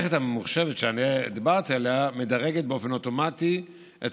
המערכת הממוחשבת שדיברתי עליה מדרגת באופן אוטומטי את